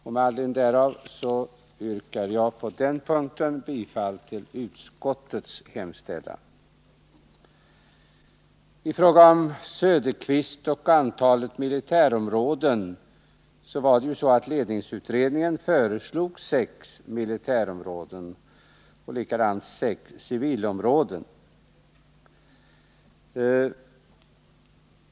Med anledning därav yrkar jag bifall till utskottets hemställan på den punkten. Till Oswald Söderqvist vill jag säga att ledningsutredningen föreslog sex militärområden och sex civilområden.